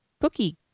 cookie